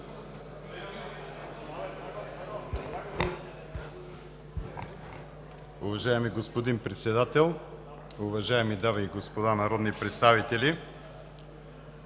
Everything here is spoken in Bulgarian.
Уважаеми господин Председателю, уважаеми дами и господа народни представители!